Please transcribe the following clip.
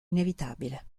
inevitabile